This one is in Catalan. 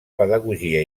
pedagogia